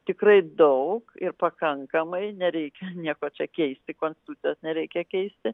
tikrai daug ir pakankamai nereikia nieko čia keisti konstitucijos nereikia keisti